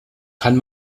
kann